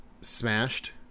smashed